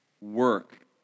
work